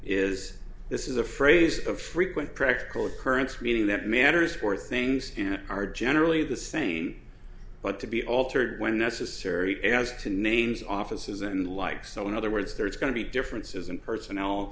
is this is a phrase of frequent practical occurrence meaning that matters for things are generally the same but to be altered when necessary has two names offices and like so in other words there is going to be differences in personnel